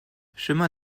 chemin